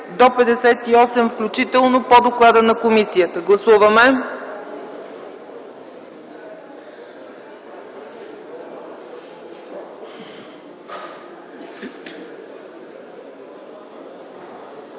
до 58 включително, по доклада на комисията. Гласуваме.